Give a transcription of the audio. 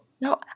No